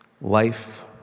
Life